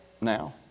now